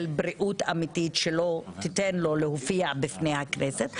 בריאות אמיתית שלא תיתן לו להופיע בפני הכנסת,